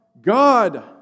God